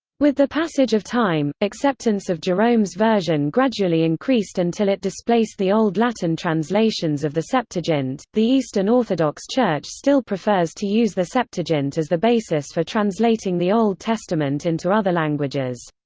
with the passage of time, acceptance of jerome's version gradually increased until it displaced the old latin translations of the septuagint the eastern orthodox church still prefers to use the septuagint as the basis for translating the old testament into other languages.